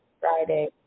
Friday